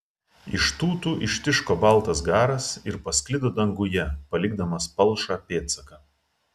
iš tūtų ištiško baltas garas ir pasklido danguje palikdamas palšą pėdsaką